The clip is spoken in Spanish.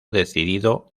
decidido